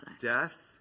Death